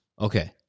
okay